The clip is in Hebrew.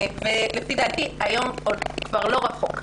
ולפי דעתי היום הזה כבר לא רחוק.